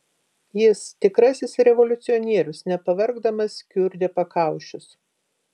jis tikrasis revoliucionierius nepavargdamas kiurdė pakaušius